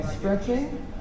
stretching